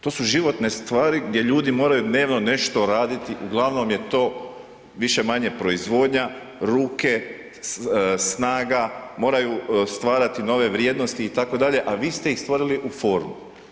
To su životne stvari gdje ljudi moraju dnevno nešto radit, uglavnom je to, više-manje proizvodnja, ruke, snaga, moraju stvarati nove vrijednosti itd., a vi ste ih stvorili u formu.